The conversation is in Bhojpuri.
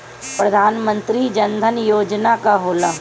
प्रधानमंत्री जन धन योजना का होला?